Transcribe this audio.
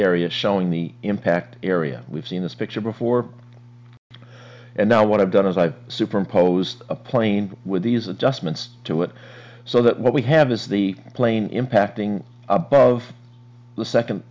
area showing the impact area we've seen this picture before and now what i've done is i've superimposed a plane with these adjustments to it so that what we have is the plane impacting above the second